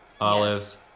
Olives